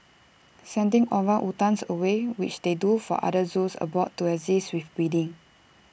sending orangutans away which they do for other zoos abroad to assist with breeding